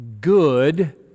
good